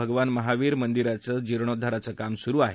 भगवान महावीर मंदिराचेजीर्णोद्वाराचे काम सुरू आहे